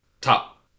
top